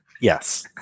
Yes